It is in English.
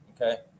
Okay